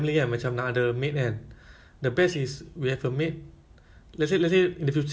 they maybe my future house or your future house ah so then like the maid right